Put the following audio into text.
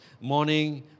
morning